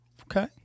Okay